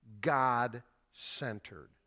God-centered